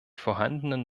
vorhandenen